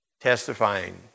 Testifying